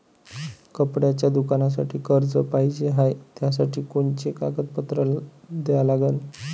कपड्याच्या दुकानासाठी कर्ज पाहिजे हाय, त्यासाठी कोनचे कागदपत्र द्या लागन?